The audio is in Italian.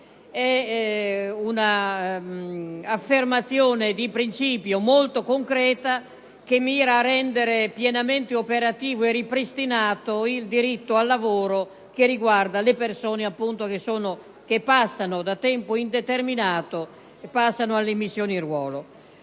È un'affermazione di principio molto concreta che mira a rendere pienamente operativo, e ripristinato, il diritto al lavoro che riguarda le persone con contratto a tempo determinato che vengono immesse in ruolo.